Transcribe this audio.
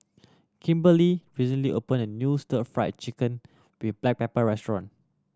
Kimberlie recently opened a new Stir Fried Chicken with black pepper restaurant